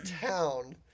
town